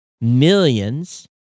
millions